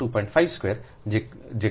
5 square જેટલું છે જે લગભગ 3